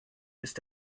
ist